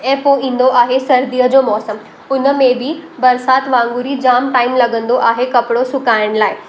ऐं पोइ ईंदो आहे सर्दीअ जो मौसमु उन में बि बरसाति वांगुर ई जामु टाइम लॻंदो आहे कपिड़ो सुखायण लाइ